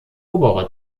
obere